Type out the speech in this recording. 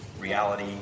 reality